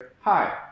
Hi